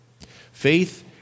Faith